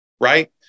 right